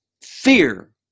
fear